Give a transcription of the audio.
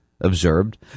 observed